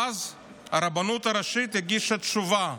ואז הרבנות הראשית הגישה תשובה,